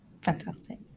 fantastic